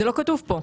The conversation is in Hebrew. זה לא כתוב פה.